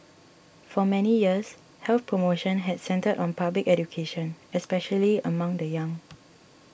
for many years health promotion had centred on public education especially among the young